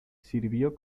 sirvió